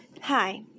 Hi